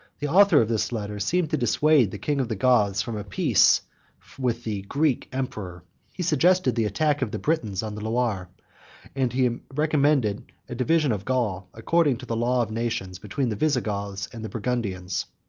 the author of this letter seemed to dissuade the king of the goths from a peace with the greek emperor he suggested the attack of the britons on the loire and he recommended a division of gaul, according to the law of nations, between the visigoths and the burgundians.